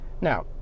now